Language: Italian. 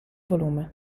volume